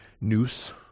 noose